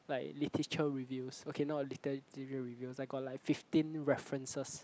like literature reviews okay not literature review I got like fifteen references